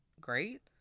great